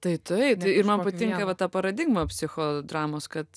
tai taip ir man patinka va ta paradigma psichodramos kad